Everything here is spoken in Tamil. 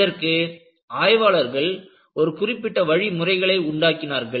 இதற்கு ஆய்வாளர்கள் ஒரு குறிப்பிட்ட வழிமுறைகளை உருவாக்கினார்கள்